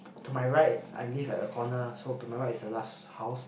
to my right I live at the corner so to my right is the last house